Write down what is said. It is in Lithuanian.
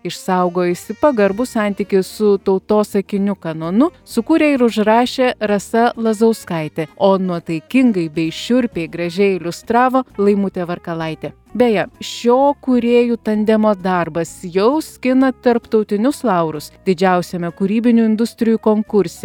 išsaugojusi pagarbų santykį su tautosakiniu kanonu sukūrė ir užrašė rasa lazauskaitė o nuotaikingai bei šiurpiai gražiai iliustravo laimutė varkalaitė beje šio kūrėjų tandemo darbas jau skina tarptautinius laurus didžiausiame kūrybinių industrijų konkurse